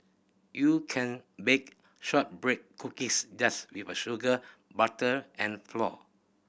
you can bake shortbread cookies just with sugar butter and flour